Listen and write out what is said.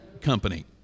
company